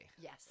Yes